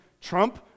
Trump